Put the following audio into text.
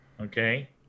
Okay